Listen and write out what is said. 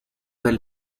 del